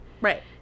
Right